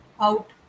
out